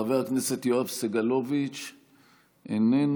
חבר הכנסת יואב סגלוביץ' איננו,